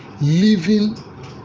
Living